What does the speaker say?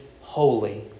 holy